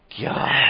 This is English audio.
god